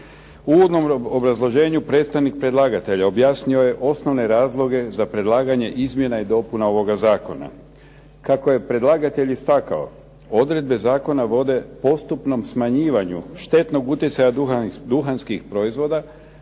uvodnom obrazloženju predstavnik predlagatelja objasnio je osnovne razloge za predlaganje izmjena i dopuna ovoga zakona. Kako je predlagatelj istakao, odredbe zakona vode postupnom smanjivanju štetnog utjecaja duhanskih proizvoda,